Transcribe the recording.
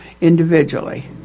individually